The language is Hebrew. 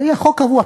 אלא יהיה חוק קבוע.